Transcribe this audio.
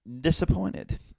disappointed